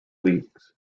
leagues